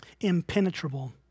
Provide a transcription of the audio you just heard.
impenetrable